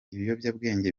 ibiyobyabwenge